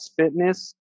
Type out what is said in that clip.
Fitness